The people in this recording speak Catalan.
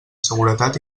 seguretat